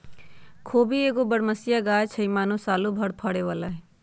खोबि एगो बरमसिया ग़ाछ हइ माने सालो भर फरे बला हइ